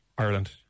Ireland